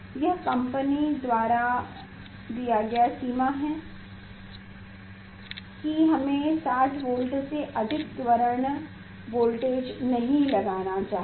यह कंपनी द्वारा दिया गया सीमा है कि हमें 60 वोल्ट से अधिक त्वरण वोल्टेज नहीं लगाना चाहिए